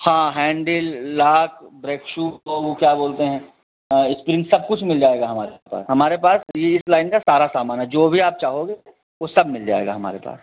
हाँ handle lock brake shoe और वह क्या बोलते हैं इस्प्रिंग सब कुछ मिल जाएगा हमारे उस पर हमारे पास इस लाइन का सारा सामान है जो भी आप चाहोगे वह सब मिल जाएगा हमारे पास